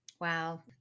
Wow